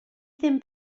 ddim